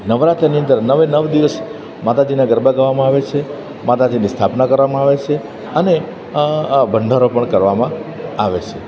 નવરાત્રીની અંદર નવે નવ દિવસ માતાજીના ગરબા ગાવામાં આવે છે માતાજીની સ્થાપના કરવામાં આવે છે અને ભંડારો પણ કરવામાં આવે છે